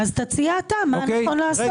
אז תציע אתה מה נכון לעשות.